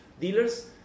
dealers